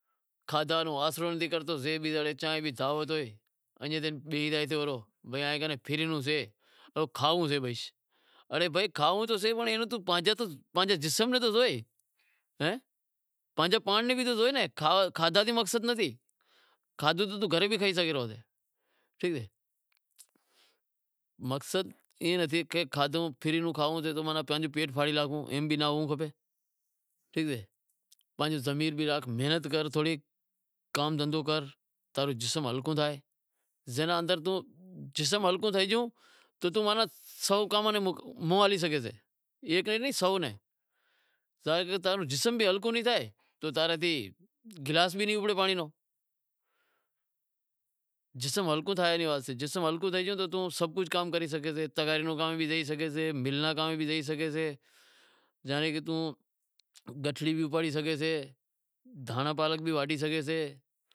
کھادہاں رو آسرو نتھی کرتو زے بھی زڑے کھائی زاتو پرہو، بس کھانوڑو سے، اڑے بھائی کھانوڑو تو سئے پر توں پانجے جسم ناں تو زوئے، پانجے پانڑ ناں بھی زوئے ناں کادہا تھی مقصد نتھی، کھادہا تو توں گھرے بھی کھائیں شگیں تو، ٹھیک اے، مقصد ای نتھی کہ کھادہو فری رو کھانڑو شے تو پانجو پیٹ فاڑی ناکھوں، ای بھی ناں ہونڑ کھپے، پانجو ضمیر بھی راکھ محنت کر تھوڑی کام دہندہو کر تاں رو جسم ہلکو تھے زے نیں اندر توں جسم ہلکو تھی گیو تو توں سو کاماں ناں مونہہ ہالی سگھیں تو، تاں رو جسم ہلکو نیں تھے تو تاں رے تھی گلاس بھی نیں اپڑے پانڑی رو، جسم ہلکو تھائے گیو تو توں سبھ کجھ کام کری سگھیں تو ای تغاری رو کام بھی کریں سگھویں تو ای مل را کام بھی تھئی سگھیں سے، زانڑے کہ توں گٹھڑی بھی اپاڑے سگھیں سے، دہانڑا پالک بھی واڈھے شاگھیش۔